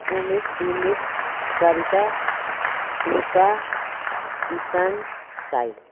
Umesh Dinesh Sarika Usha Isan Sahil